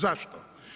Zašto?